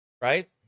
Right